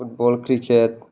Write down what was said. football cricket